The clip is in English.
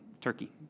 Turkey